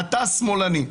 אתה שמאלני.